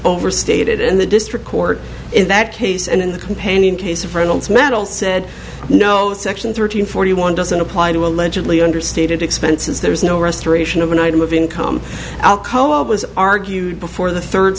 overstated in the district court in that case and in the companion case of reynolds mental said no section three hundred forty one doesn't apply to allegedly understated expenses there is no restoration of an item of income alcoa was argued before the third